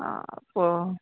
పో